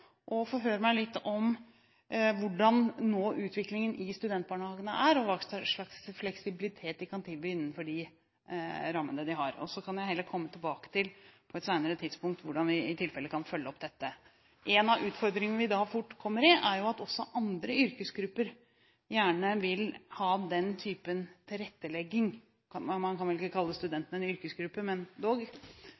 meg litt om hvordan utviklingen i studentbarnehagene er, og hva slags fleksibilitet de kan tilby innenfor de rammene de har. Så kan jeg heller på et senere tidspunkt komme tilbake til hvordan vi i tilfelle kan følge opp dette. En av utfordringene vi da fort kommer i, er at også andre yrkesgrupper gjerne vil ha den typen tilrettelegging – man kan vel ikke kalle